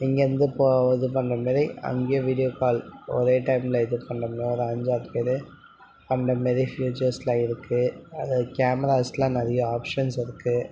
இங்கிருந்து பே இது பண்ணுற மாதிரி அங்கே வீடியோ கால் ஒரே டைமில் இது பண்ணுறோம் ஒரு அஞ்சாறு பேர் அந்த மாரி ப்யூச்சர்ஸ்யெலாம் இருக்குது அதை கேமராஸ்யெலாம் நிறையா ஆப்ஷன்ஸ் இருக்குது